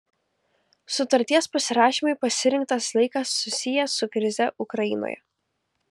sutarties pasirašymui pasirinktas laikas susijęs su krize ukrainoje